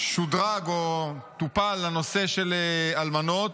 שודרג או טופל הנושא של אלמנות,